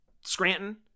Scranton